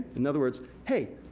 in other words, hey,